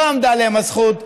לא עמדה להם הזכות,